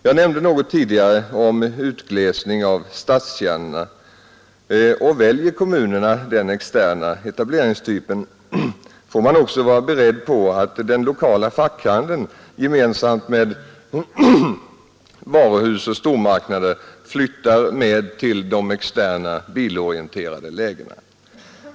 Jag nämnde något tidigare om utglesning av stadskärnorna och väljer kommunerna den externa etableringstypen får man också vara beredd på att den lokala fackhandeln gemensamt med varuhus och stormarknader flyttar med till de externa bilorienterade lägena.